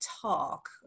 talk